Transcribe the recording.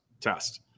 test